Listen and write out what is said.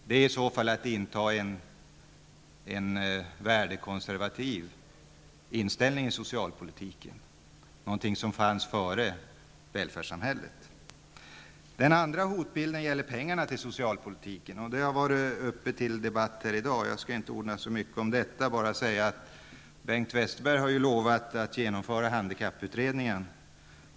Det är i så fall en värdekonservativ inställning i socialpolitiken, någonting som fanns före välfärdssamhället. Den andra hotbilden gäller pengarna till socialpolitiken -- frågan har också varit uppe till debatt tidigare i dag. Bengt Westerberg har lovat att genomföra handikapputredningen.